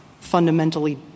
fundamentally